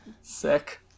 sick